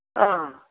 अह